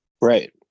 Right